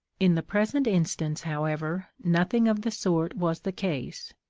in the present instance, however, nothing of the sort was the case,